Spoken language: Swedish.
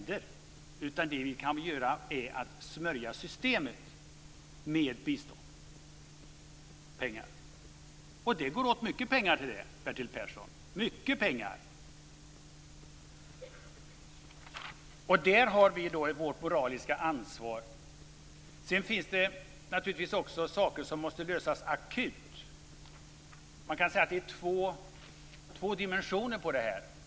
Det vi kan göra är att smörja systemet med bistånd - pengar. Det går åt mycket pengar till det, Bertil Persson. Där har vi vårt moraliska ansvar. Det finns också saker som måste lösas akut. Det finns två dimensioner.